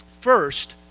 First